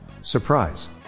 Surprise